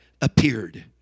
appeared